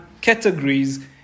categories